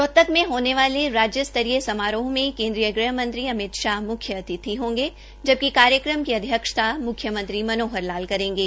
रोहतक में होने वाले राज्य स्तरीय समारोह में केन्द्रीय ग़हमंत्री अमित शाह म्ख्य अतिथि होंगे जबकि कार्यक्रम की अध्यक्षता म्ख्यमंत्री मनोहर लाल करेंगे